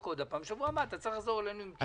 עוד פעם ובשבוע הבא תחזור אלינו עם תשובות.